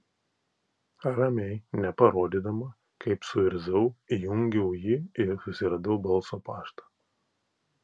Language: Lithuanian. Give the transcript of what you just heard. ramiai neparodydama kaip suirzau įjungiau jį ir susiradau balso paštą